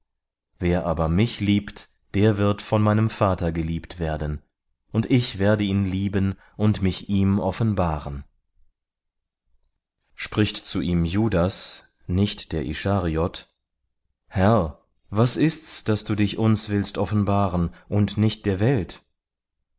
wer mich aber liebt der wird von meinem vater geliebt werden und ich werde ihn lieben und mich ihm offenbaren spricht zu ihm judas nicht der ischariot herr was ist's daß du dich uns willst offenbaren und nicht der welt